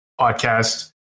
podcast